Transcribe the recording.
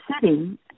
sitting